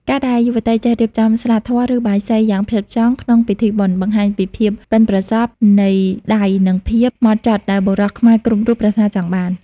ការដែលយុវតីចេះរៀបចំ "ស្លាធម៌" ឬ "បាយសី" យ៉ាងផ្ចិតផ្ចង់ក្នុងពិធីបុណ្យ បង្ហាញពីភាពប៉ិនប្រសប់នៃដៃ និងភាពហ្មត់ចត់ដែលបុរសខ្មែរគ្រប់រូបប្រាថ្នាចង់បាន។